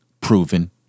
proven